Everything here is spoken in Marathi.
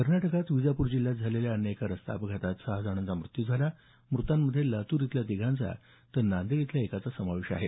कर्नाटकात विजापूर जिल्ह्यात झालेल्या अन्य एका रस्ता अपघातात सहा जणांचा मृत्यू झाला मृतांमध्ये लातूर इथल्या तिघांचा तर नांदेड इथल्या एकाचा समावेश आहे